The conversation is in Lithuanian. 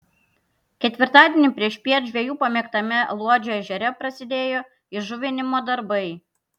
ketvirtadienį priešpiet žvejų pamėgtame luodžio ežere prasidėjo įžuvinimo darbai